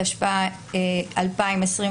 התשפ"א-2021,